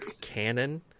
canon